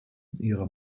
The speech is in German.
ihrer